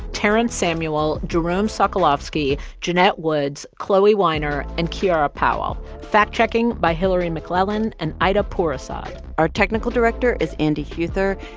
terence samuel, jerome socolovsky, jeanette woods, chloee weiner and kiarra powell, fact-checking by hilary mcclellan and ayda pourasad our technical director is andy huether,